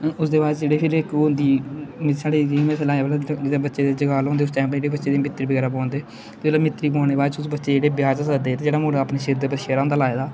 उसदे बाद च जेह्ड़े फिर इक ओह् होंदी जेह्ड़ी साढ़े जियां में सनाया भला जेल्लै बच्चे दे जगाल होंदे उस टैम पर जेह्ड़ी बच्चे दी मित्तरी बगैरा पुआंदे ते जेल्लै मित्तरी पुआने दे बाद च उस बच्चे गी जेल्लै ब्याह च सददे जेह्ड़ा मुड़ा अपने सिर उप्पर सेह्रा होंदा लाए दा